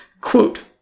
Quote